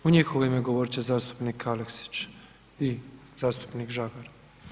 U njihovo ime govorit će zastupnik Aleksić i zastupnik Žagar.